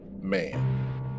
man